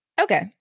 Okay